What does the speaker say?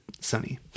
sunny